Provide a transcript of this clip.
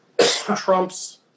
Trump's